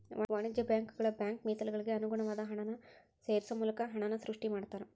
ವಾಣಿಜ್ಯ ಬ್ಯಾಂಕುಗಳ ಬ್ಯಾಂಕ್ ಮೇಸಲುಗಳಿಗೆ ಅನುಗುಣವಾದ ಹಣನ ಸೇರ್ಸೋ ಮೂಲಕ ಹಣನ ಸೃಷ್ಟಿ ಮಾಡ್ತಾರಾ